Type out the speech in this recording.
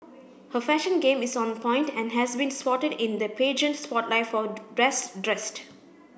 her fashion game is on point and has been spotted in the pageant spotlight for best dressed